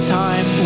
time